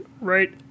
right